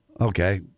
okay